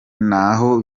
naho